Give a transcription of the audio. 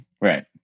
Right